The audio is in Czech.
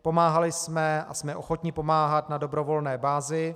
Pomáhali jsme a jsme ochotni pomáhat na dobrovolné bázi.